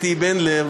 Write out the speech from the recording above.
אתי בנדלר,